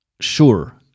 sure